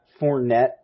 Fournette